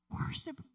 Worship